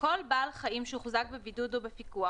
"(2)כל בעל חיים שהוחזק בבידוד או בפיקוח